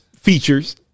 features